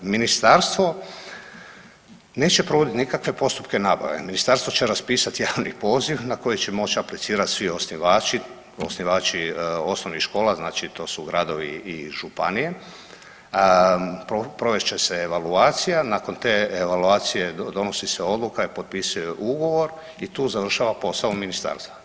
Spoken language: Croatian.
Ministarstvo neće provodit nikakve postupke nabave, ministarstvo će raspisati javni poziv na koji će moć aplicirat svi osnivači, osnivači osnovnih škola, znači to su gradovi i županije, provest će se evaluacija, nakon te evaluacije donosi se odluka i potpisuje ugovor i tu završava posao ministarstva.